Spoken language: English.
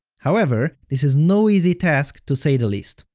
however, this is no easy task to say the least.